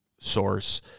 source